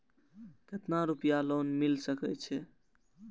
केतना रूपया लोन मिल सके छै?